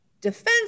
defense